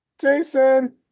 Jason